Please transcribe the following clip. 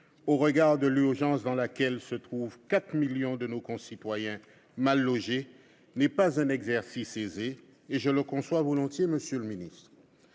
la situation urgente dans laquelle se trouvent 4 millions de nos concitoyens mal logés, n'est pas un exercice aisé. Je le conçois volontiers, monsieur le ministre.